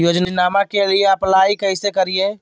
योजनामा के लिए अप्लाई कैसे करिए?